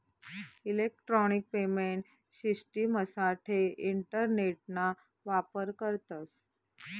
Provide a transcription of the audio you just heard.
electronic payment शिश्टिमसाठे इंटरनेटना वापर करतस